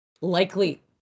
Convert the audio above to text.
likely